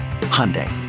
Hyundai